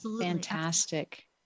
Fantastic